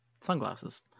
sunglasses